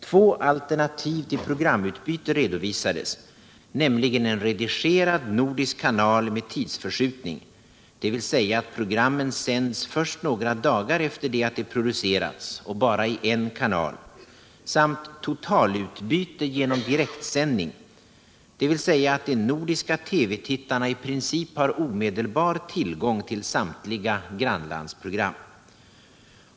Två alternativ till programutbyte redovisades, nämligen en redigerad nordisk kanal med tidsförskjutning, dvs. att programmen sänds först några dagar efter det att de producerats och bara i en kanal, samt totalutbyte genom direktsändning, dvs. att de nordiska TV tittarna i princip har omedelbar tillgång till samtliga grannlandsprogram.